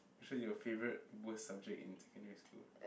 which are your favorite worst subject in secondary school